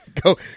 Go